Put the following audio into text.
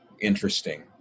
interesting